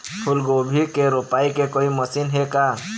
फूलगोभी के रोपाई के कोई मशीन हे का?